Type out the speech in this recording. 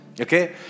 Okay